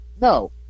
no